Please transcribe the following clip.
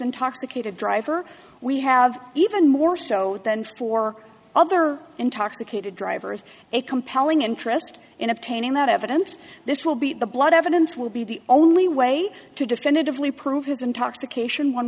intoxicated driver we have even more so than for other intoxicated drivers a compelling interest in obtaining that evidence this will be the blood evidence will be the only way to definitively prove his intoxication one